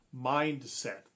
mindset